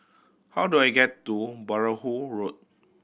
how do I get to Perahu Road